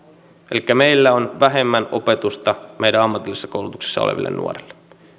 elikkä meillä on vähemmän opetusta meidän ammatillisessa koulutuksessa oleville nuorille